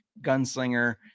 gunslinger